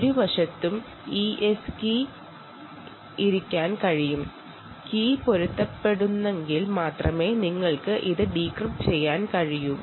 ഇരുവശങ്ങളിലും ES key set ചെയ്യാൻ കഴിയും കീ ഒന്നാണെങ്കിൽ മാത്രമേ നിങ്ങൾക്ക് അത് ഡീക്രിപ്റ്റ് ചെയ്യാൻ കഴിയുകയുള്ളു